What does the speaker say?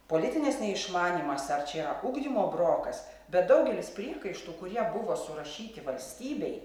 politinis neišmanymas ar čia yra ugdymo brokas bet daugelis priekaištų kurie buvo surašyti valstybei